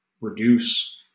reduce